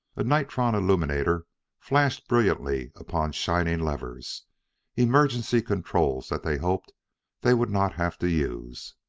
a nitron illuminator flashed brilliantly upon shining levers emergency controls that they hoped they would not have to use.